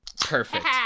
Perfect